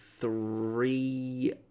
three